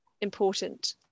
important